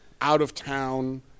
out-of-town